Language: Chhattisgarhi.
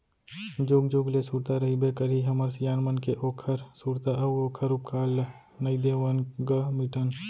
जुग जुग ले सुरता रहिबे करही हमर सियान मन के ओखर सुरता अउ ओखर उपकार ल नइ देवन ग मिटन